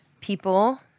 people